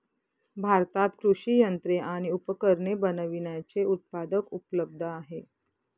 भारतात कृषि यंत्रे आणि उपकरणे बनविण्याचे उत्पादक उपलब्ध आहे